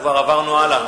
כבר עברנו הלאה,